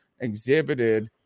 exhibited